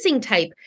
type